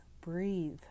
breathe